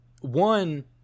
One